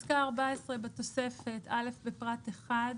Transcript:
"(14)בתוספת (א)בפרט 1,